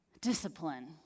Discipline